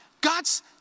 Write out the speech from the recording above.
God's